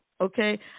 okay